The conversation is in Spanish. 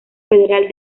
federal